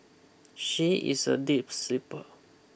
she is a deep sleeper